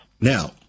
Now